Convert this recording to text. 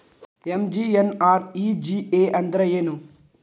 MGNREGA ಅಂದ್ರೆ ಏನು?